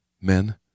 Men